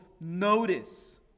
notice